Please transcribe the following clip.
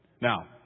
Now